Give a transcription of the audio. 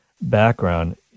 background